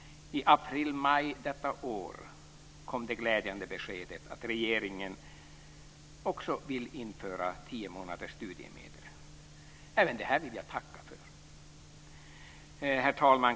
I april maj detta år kom det glädjande beskedet att regeringen också vill införa tio månaders studiemedel. Även det vill jag tacka för. Herr talman!